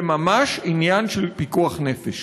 זה ממש עניין של פיקוח נפש.